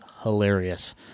hilarious